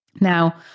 Now